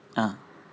ah